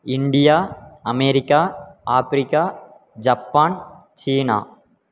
India America Africa Japan China